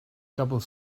double